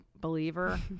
believer